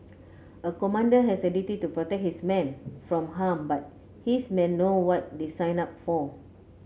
a commander has a duty to protect his men from harm but his men know what they signed up for